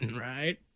Right